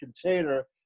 container